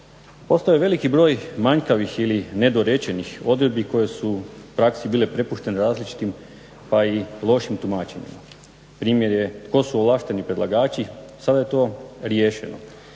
Postoji veliki broj manjkavih ili nedorečenih odredbi koje su u praksi bile prepuštene različitim pa i lošim tumačenjima. Primjer je tko su ovlašteni predlagači sada je to riješeno.